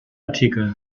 artikel